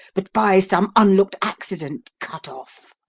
but by some unlook'd accident cut off!